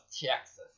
Texas